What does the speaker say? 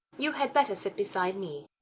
you had better sit beside me.